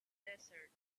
desert